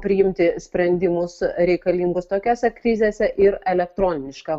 priimti sprendimus reikalingus tokiose krizėse ir elektroniška